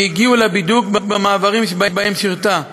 שהגיעו לבידוק במעברים שבהם שירתה,